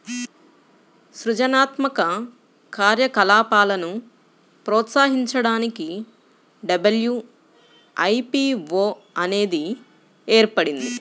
సృజనాత్మక కార్యకలాపాలను ప్రోత్సహించడానికి డబ్ల్యూ.ఐ.పీ.వో అనేది ఏర్పడింది